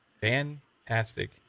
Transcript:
fantastic